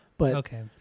Okay